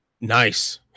nice